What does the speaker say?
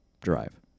drive